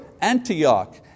Antioch